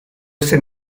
ese